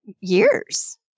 years